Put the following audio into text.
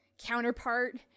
counterpart